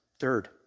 Third